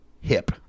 Hip